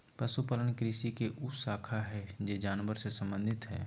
पशुपालन कृषि के उ शाखा हइ जे जानवर से संबंधित हइ